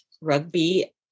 rugby